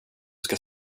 ska